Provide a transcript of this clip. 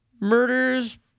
murders